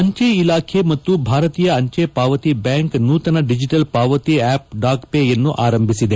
ಅಂಜೆ ಇಲಾಖೆ ಮತ್ತು ಭಾರತೀಯ ಅಂಜೆ ಪಾವತಿ ಬ್ಯಾಂಕ್ ನೂತನ ಡಿಜಿಟಲ್ ಪಾವತಿ ಆ್ಡಪ್ ಡಾಕ್ ಪೇ ಯನ್ನು ಆರಂಭಿಸಿದೆ